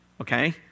Okay